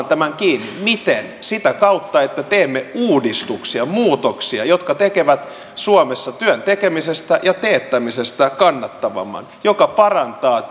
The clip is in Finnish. tämän kiinni miten sitä kautta että teemme uudistuksia muutoksia jotka tekevät suomessa työn tekemisestä ja teettämisestä kannattavampaa mikä parantaa